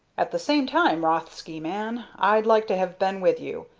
at the same time, rothsky, man, i'd like to have been with you,